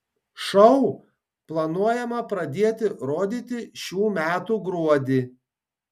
šou planuojama pradėti rodyti šių metų gruodį